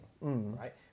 right